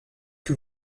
que